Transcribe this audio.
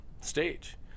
stage